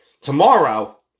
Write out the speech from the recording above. Tomorrow